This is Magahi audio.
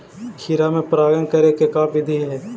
खिरा मे परागण करे के का बिधि है?